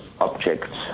objects